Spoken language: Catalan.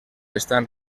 estan